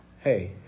hey